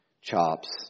chops